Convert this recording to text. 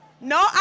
No